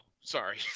sorry